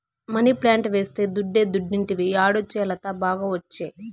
money plant వేస్తే దుడ్డే దుడ్డంటివి యాడొచ్చే లత, బాగా ఒచ్చే